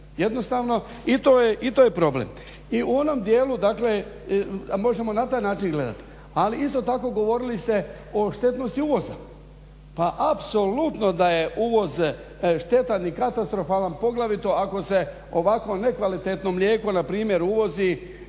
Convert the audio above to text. Jednostavno i to je problem. I u onom dijelu dakle, a možemo na taj način gledati. Ali isto tako govorili ste o štetnosti uvoza. Pa apsolutno da je uvoz štetan i katastrofalan i poglavito ako se ovako nekvalitetnom mlijeko npr. uvozi